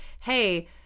hey